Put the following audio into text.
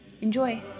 Enjoy